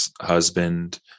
husband